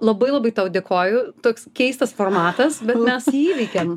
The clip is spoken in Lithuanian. labai labai tau dėkoju toks keistas formatas bet mes jį įveikėm